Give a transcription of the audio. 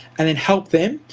and then help them,